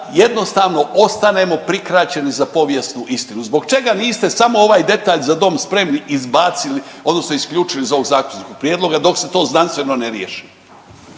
jednostavno ostanemo prikraćeni za povijesnu istinu. Zbog čega niste samo ovaj detalj „Za dom spremni“ izbacili odnosno isključili iz ovog zakonskog prijedloga dok se to znanstveno ne riješi?